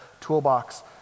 toolbox